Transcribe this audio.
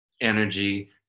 energy